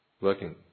Working